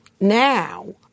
now